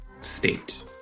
state